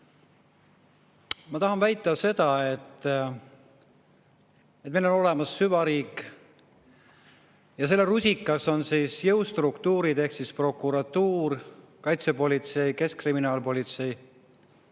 Ma tahan väita seda, et meil on olemas süvariik ja selle rusikas on jõustruktuurid ehk siis prokuratuur, kaitsepolitsei ja keskkriminaalpolitsei.